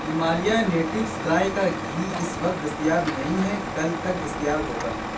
Himalaya natives گائے کا گھی اس وقت دستیاب نہیں ہے کل تک دستیاب ہوگا